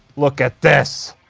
look at this.